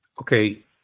Okay